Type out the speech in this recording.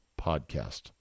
podcast